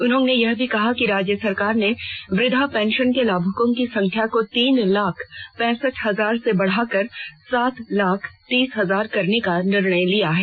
उन्होंने यह भी कहा कि राज्य सरकार ने वृद्धा पेंशन के लाभुकों की संख्या को तीन लाख पैंसठ हजार से बढ़ाकर सात लाख तीस हजार करने का निर्णय लिया है